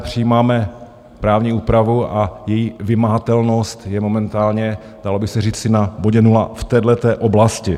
Přijímáme právní úpravu a její vymahatelnost je momentálně, dalo by se říci, na bodě nula v téhle oblasti.